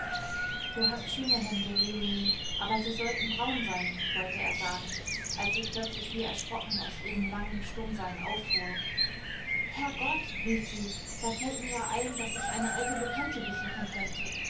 du hast schöne hände leonie aber sie sollten braun sein wollte er sagen als sie plötzlich wie erschrocken aus ihrem langen stummsein auffuhr herr gott rief sie da fällt mir ja ein daß ich eine alte bekannte besuchen könnte